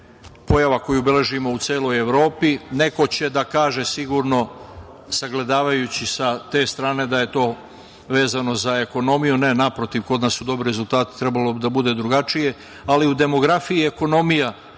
pojava koju beležimo u celoj Evropi. Neko će da kaže, sigurno, sagledavajući sa te strane da je to vezano za ekonomiju. Ne, naprotiv, kod nas su dobri rezultati, trebalo bi da bude drugačije, ali u demografiji ekonomija